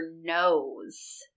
nose